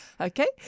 okay